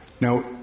Now